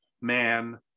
man